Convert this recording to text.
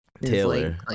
taylor